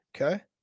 Okay